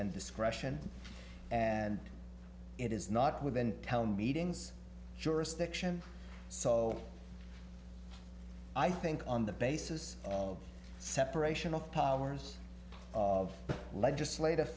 and discretion and it is not within town meetings jurisdiction so i think on the basis of separation of powers of legislative